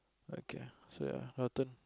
okay so ya your turn